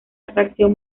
atracción